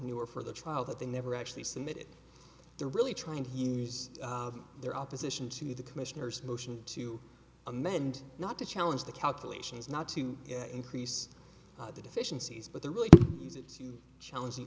new or for the trial that they never actually submitted they're really trying to use their opposition to the commissioner's motion to amend not to challenge the calculations not to increase the deficiencies but they're really use it to challenge the